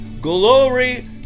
Glory